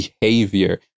behavior